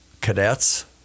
cadets